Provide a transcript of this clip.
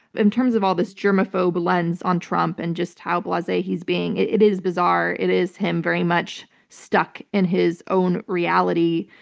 in terms of all this germaphobe lens on trump and just how blase he's being, it it is bizarre. it is him very much stuck in his own reality.